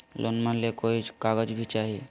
लोनमा ले कोई कागज भी चाही?